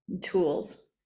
tools